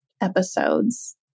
episodes